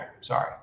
Sorry